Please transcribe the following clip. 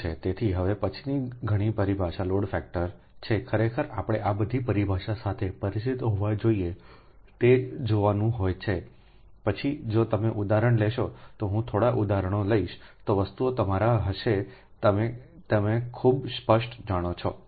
તેથી હવે પછીની ઘણી પરિભાષા લોડ ફેક્ટર છે ખરેખર આપણે આ બધી પરિભાષા સાથે પરિચિત હોવા જોઈએ તે જોવાનું હોય છે પછી જો તમે ઉદાહરણ લેશો તો હું થોડા ઉદાહરણો લઈશ તો વસ્તુઓ તમારા હશે તમે ખૂબ સ્પષ્ટ જાણો છો